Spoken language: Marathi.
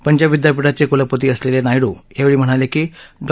पंजाब विद्यापीठाचे कुलपती असलेले नायडू यावेळी म्हणाले की डॉ